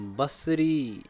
بصری